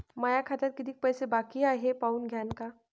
माया खात्यात कितीक पैसे बाकी हाय हे पाहून द्यान का?